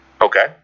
Okay